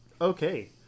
Okay